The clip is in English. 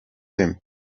him